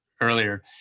earlier